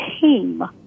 team